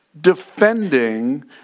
defending